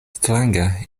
strange